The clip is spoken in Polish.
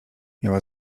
miała